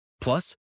Plus